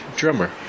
drummer